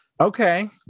okay